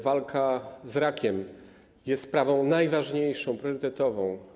Walka z rakiem jest sprawą najważniejszą, priorytetową.